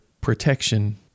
protection